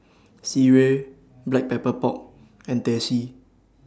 Sireh Black Pepper Pork and Teh C